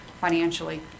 financially